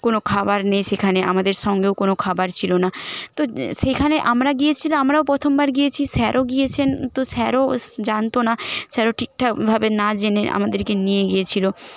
কোনও খাবার নেই সেখানে আমাদের সঙ্গেও কোনও খাবার ছিল না তো সেইখানে আমরা গিয়েছি তো আমরাও প্রথমবার গিয়েছি স্যারও গিয়েছেন তো স্যারও জানত না স্যারও ঠিকঠাকভাবে না জেনে আমাদেরকে নিয়ে গিয়েছিল